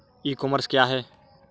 ई commerce क्या है?